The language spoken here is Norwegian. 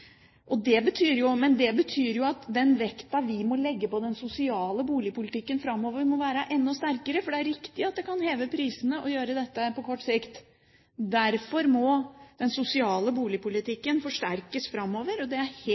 Det betyr at den vekten vi må legge på den sosiale boligpolitikken framover, må være enda sterkere, for det er riktig at det kan heve prisene å gjøre dette på kort sikt. Derfor må den sosiale boligpolitikken forsterkes framover. Det er helt